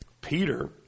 Peter